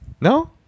No